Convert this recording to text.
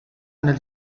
nel